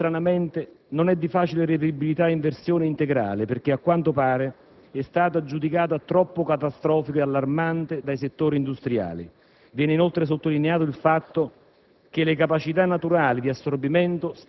Nella relazione dell'IPCC (che stranamente non è di facile reperibilità in versione integrale, perché - a quanto pare - è stata giudicata troppo catastrofica ed allarmante dai settori industriali), viene inoltre sottolineato il fatto